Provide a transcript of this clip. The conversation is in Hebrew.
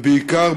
ובעיקר,